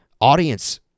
audience